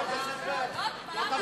להעלות מע"מ על פירות וירקות,